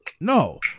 no